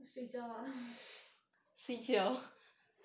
睡觉 lah